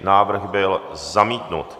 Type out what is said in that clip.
Návrh byl zamítnut.